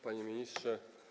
Panie Ministrze!